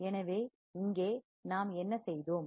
எனவே இங்கே நாம் என்ன செய்தோம்